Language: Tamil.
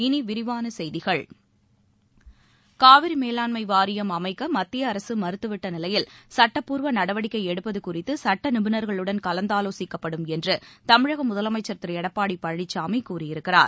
இனி விரிவான செய்திகள் காவிரி மேலாண்மை வாரியம் அமைக்க மத்திய அரசு மறுத்துவிட்ட நிலையில் சட்டப்பூர்வ நடவடிக்கை எடுப்பது குறித்து சட்ட நிபுணர்களுடன் கலந்தாலோசிக்கப்படும் என்று தமிழக முதலமைச்சர் திரு எடப்பாடி பழனிசாமி கூறியிருக்கிறார்